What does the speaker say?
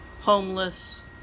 homeless